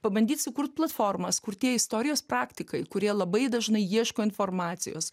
pabandyt sukurt platformas kur tie istorijos praktikai kurie labai dažnai ieško informacijos